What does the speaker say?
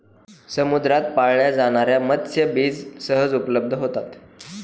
समुद्रात पाळल्या जाणार्या मत्स्यबीज सहज उपलब्ध होतात